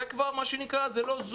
זה לא זום,